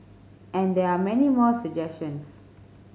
and there are many more suggestions